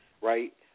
right